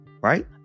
right